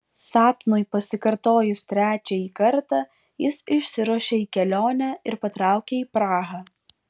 sapnui pasikartojus trečiąjį kartą jis išsiruošė į kelionę ir patraukė į prahą